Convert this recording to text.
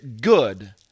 good